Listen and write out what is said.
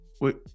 wait